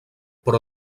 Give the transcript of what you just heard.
però